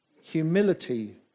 humility